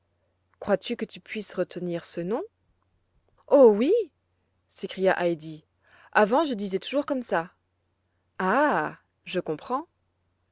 crois-tu que tu puisses retenir ce nom oh oui s'écria heidi avant je disais toujours comme ça ah ah je comprends